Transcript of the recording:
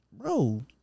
bro